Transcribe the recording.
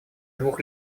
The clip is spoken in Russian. двух